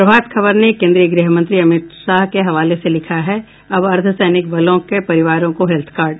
प्रभात खबर ने केन्द्रीय गृह मंत्री अमित शाह के हवाले से लिखा है अब अर्धसैनिक बलों के परिवारों को हेल्थ कार्ड